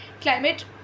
climate